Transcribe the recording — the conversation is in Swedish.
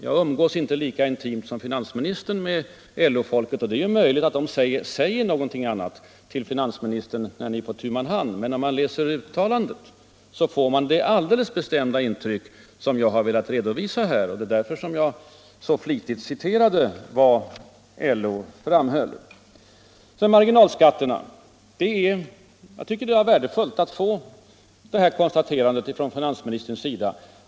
Jag umgås inte lika intimt som finansministern med LO-folket, och det är ju möjligt att de säger någonting annat till finansministern när ni är på tu man hand. Men när man läser uttalandet får man det alldeles bestämda intryck som jag har velat redovisa här. Det är därför som jag så flitigt citerade vad LO framhöll. Så marginalskatterna. Jag tycker att det var värdefullt att få det konstaterandet om marginalskatterna från finansministerns sida.